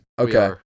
Okay